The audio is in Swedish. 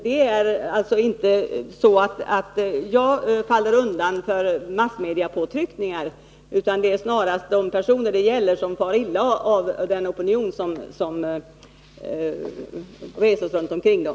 Själv faller jag alltså inte undan för massmediepåtryckningar, utan det är snarast de personer som det gäller som far illa av den opinion som kommer till uttryck runt omkring dem.